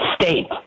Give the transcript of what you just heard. state